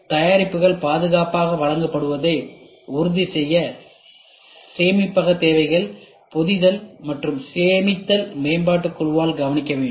தயாரிப்புகள் பாதுகாப்பாக வழங்கப்படுவதை உறுதிசெய்ய சேமிப்பக தேவைகளை பொதிதல் மற்றும் சேமித்தல் மேம்பாட்டுக் குழுவால் கவனிக்க வேண்டும்